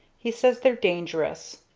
he says they're dangerous.